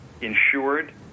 insured